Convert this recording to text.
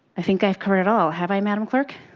i think i've covered it all. have i met him clerk?